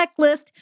checklist